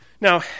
Now